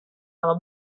par